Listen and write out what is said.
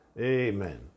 Amen